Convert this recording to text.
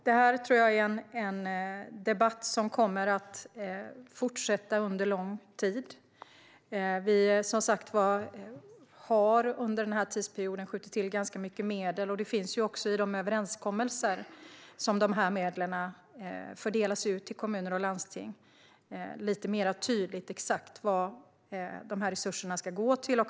Det här är en debatt som kommer att fortsätta under lång tid. Vi har under tidsperioden skjutit till ganska mycket medel. I de överenskommelser som finns om hur de medlen fördelas i kommuner och landsting står lite mer exakt vad resurserna ska gå till.